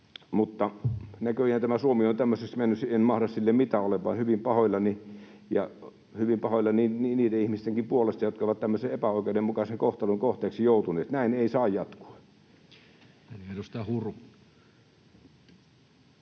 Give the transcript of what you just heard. Mutta näköjään Suomi on tämmöiseksi mennyt, enkä mahda sille mitään vaan olen vain hyvin pahoillani ja hyvin pahoillani niidenkin ihmisten puolesta, jotka ovat tämmöisen epäoikeudenmukaisen kohtelun kohteeksi joutuneet. Näin ei saa jatkua.